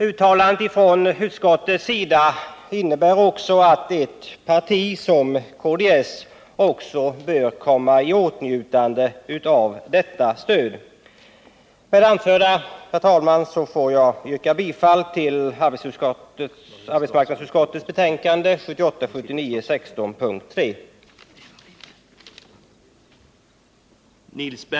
Uttalandet från utskottets sida innebär också att ett sådant parti som KDS bör komma i åtnjutande av detta stöd. Med det anförda, herr talman, ber jag att få yrka bifall till arbetsmarknadsutskottets hemställan i betänkandet 1978/79:16, punkten 3.